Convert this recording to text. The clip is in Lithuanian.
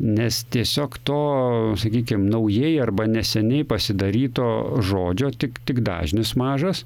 nes tiesiog to sakykim naujieji arba neseniai pasidaryto žodžio tik tik dažnis mažas